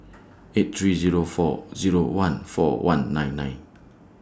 eight three Zero four Zero one four one nine nine